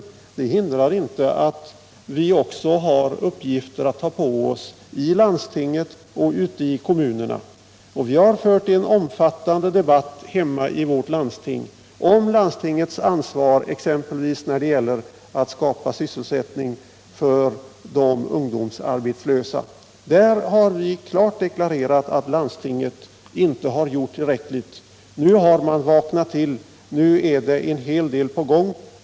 Men det hindrar inte att vi har uppgifter att ta på oss i landstinget och ute i kommunerna. Det har varit en omfattande debatt hemma i vårt landsting om landstingets ansvar när det gäller exempelvis att skapa sysselsättning för de ungdomsarbetslösa. Där har vi klart deklarerat att landstinget inte gjort tillräckligt. Nu har man vaknat till, och nu är en hel del på gång.